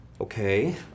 Okay